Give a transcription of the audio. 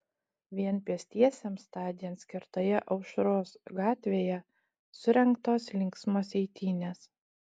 vien pėstiesiems tądien skirtoje aušros gatvėje surengtos linksmos eitynės